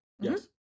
yes